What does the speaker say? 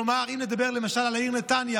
כלומר אם נדבר, למשל, על העיר נתניה,